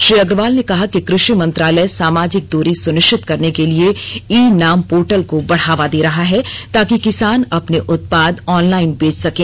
श्री अग्रवाल ने कहा कि कृषि मंत्रालय सामाजिक दूरी सुनिश्चित करने के लिए ई नाम पोर्टल को बढ़ावा दे रहा है ताकि किसान अपने उत्पाद ऑनलाइन बेच सकें